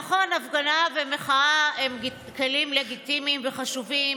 נכון, הפגנה ומחאה הם כלים לגיטימיים וחשובים.